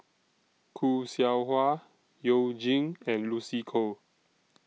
Khoo Seow Hwa YOU Jin and Lucy Koh